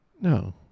No